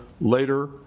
later